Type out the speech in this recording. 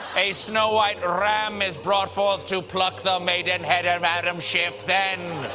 a snow-white ram is brought forth to pluck the maidenhead of adam schiff. then,